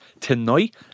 tonight